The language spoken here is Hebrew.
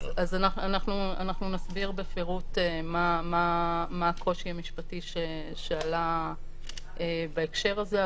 אז אנחנו נסביר בפירוט מה הקושי המשפטי שעלה בהקשר הזה,